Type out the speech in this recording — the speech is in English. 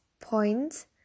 point